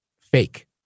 fake